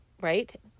Right